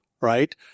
right